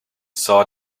saw